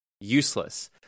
useless